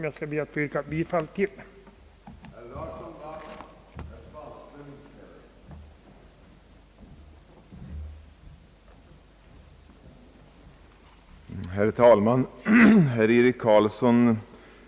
Jag ber att få yrka bifall till denna reservation.